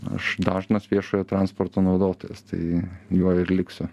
aš dažnas viešojo transporto naudotojas tai juo ir liksiu